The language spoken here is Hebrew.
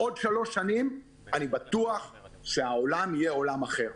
בעוד שלוש שנים אני בטוח שהעולם יהיה עולם אחר.